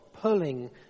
pulling